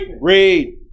Read